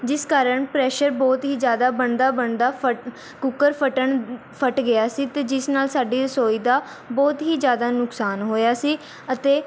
ਜਿਸ ਕਾਰਨ ਪ੍ਰੈਸ਼ਰ ਬਹੁਤ ਹੀ ਜ਼ਿਆਦਾ ਬਣਦਾ ਬਣਦਾ ਫ ਕੂਕਰ ਫਟਣ ਫਟ ਗਿਆ ਸੀ ਅਤੇ ਜਿਸ ਨਾਲ ਸਾਡੀ ਰਸੋਈ ਦਾ ਬਹੁਤ ਹੀ ਜ਼ਿਆਦਾ ਨੁਕਸਾਨ ਹੋਇਆ ਸੀ ਅਤੇ